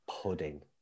pudding